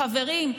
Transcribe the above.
חברים,